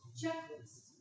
checklist